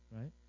right